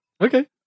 Okay